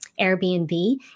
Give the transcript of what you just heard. Airbnb